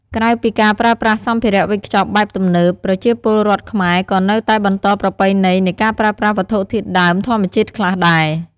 ក្រៅពីការប្រើប្រាស់សម្ភារៈវេចខ្ចប់បែបទំនើប ប្រជាពលរដ្ឋខ្មែរក៏នៅតែបន្តប្រពៃណីនៃការប្រើប្រាស់វត្ថុធាតុដើមធម្មជាតិខ្លះដែរ។